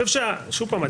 שוב פעם,